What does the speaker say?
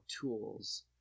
tools